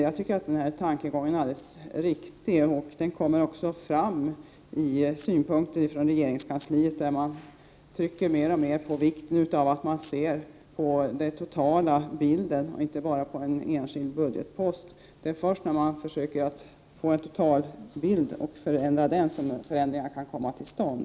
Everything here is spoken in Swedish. Jag tycker att denna tankegång är alldeles riktig. Den kommer också fram i synpunkter från regeringskansliet, där man trycker mer och mer på vikten av att man ser på den totala bilden och inte bara på en enskild budgetpost. Det är först när man försöker få en totalbild som förändringar kan komma till stånd.